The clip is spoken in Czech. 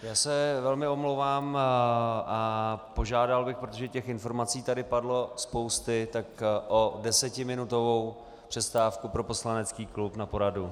Já se velmi omlouvám a požádal bych, protože informací tady padla spousta, o desetiminutovou přestávku pro poslanecký klub na poradu.